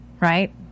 Right